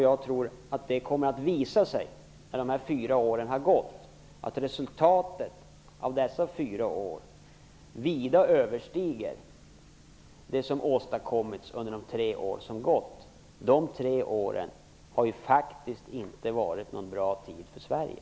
Jag tror att det, när de här fyra åren har gått, kommer att visa sig att resultatet av dessa vida överstiger det som åstadkoms under den gångna treårsperioden. De tre åren var ju faktiskt inte någon bra tid för Sverige.